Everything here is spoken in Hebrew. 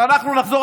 כשאנחנו נחזור,